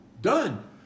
Done